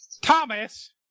Thomas